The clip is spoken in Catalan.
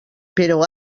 però